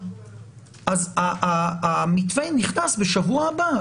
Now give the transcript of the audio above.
אז המתווה נכנס בשבוע הבא.